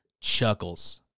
Chuckles